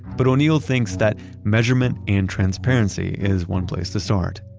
but o'neil thinks that measurement and transparency is one place to start,